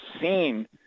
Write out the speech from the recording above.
seen